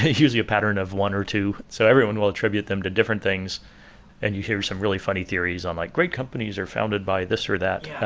usually a pattern of one or two, so everyone will attribute them to different things and you hear some really funny theories on like great companies are founded by this or that.